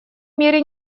мере